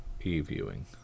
e-viewing